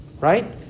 right